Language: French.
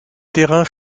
terrains